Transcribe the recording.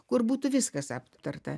kur būtų viskas aptarta